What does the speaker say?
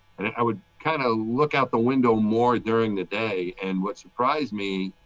and and i would kind of look out the window more during the day. and what surprised me.